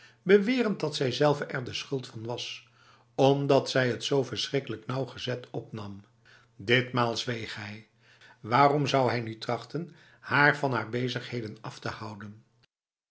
bewerend dat zijzelve er de schuld van was omdat zij het zo verschrikkelijk nauwgezet opnam ditmaal zweeg hij waarom zou hij nu trachten haar van haar bezigheden af te houden